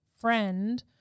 friend